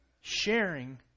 sharing